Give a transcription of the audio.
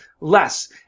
less